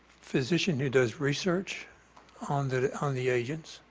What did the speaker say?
physician who does research on the on the agents,